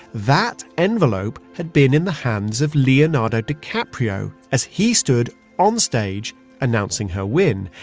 that envelope had been in the hands of leonardo dicaprio as he stood on stage announcing her win.